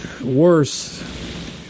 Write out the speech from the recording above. worse